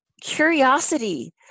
Curiosity